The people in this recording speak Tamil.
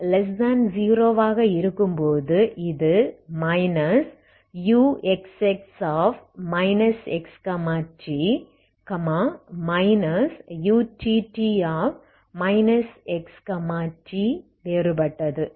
x0 ஆக இருக்கும்போது இது uxx xt utt xtவேறுபட்டது